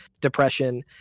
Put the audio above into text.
depression